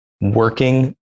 working